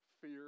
fear